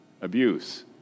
abuse